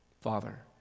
Father